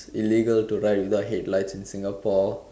illegal to ride without headlights in Singapore